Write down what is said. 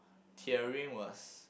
tearing was